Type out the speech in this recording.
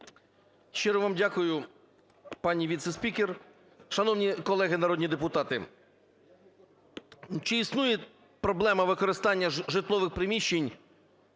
Щиро вам дякую, пані віце-спікер. Шановні колеги народні депутати, чи існує проблема використання житлових приміщень